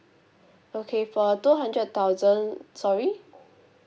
okay for two hundred thousand sorry